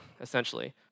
essentially